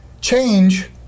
change